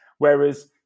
Whereas